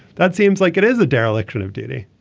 that seems like it is a dereliction of duty